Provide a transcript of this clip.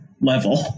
level